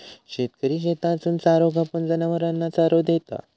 शेतकरी शेतातसून चारो कापून, जनावरांना चारो देता